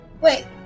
wait